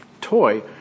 toy